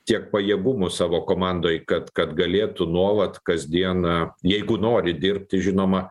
tiek pajėgumų savo komandoj kad kad galėtų nuolat kasdieną jeigu nori dirbti žinoma